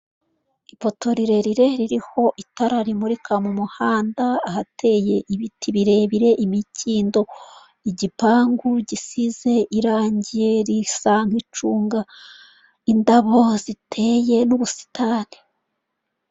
Ipoto rirerire ririho itara rimurika mu muhanda, ahateye ibiti birebire imikindo igipangu gisize irangi risa nk'icunga indabo ziteye n'ubusitani.